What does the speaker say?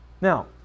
Now